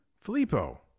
Filippo